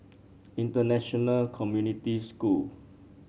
International Community School